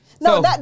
No